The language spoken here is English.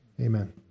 Amen